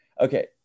Okay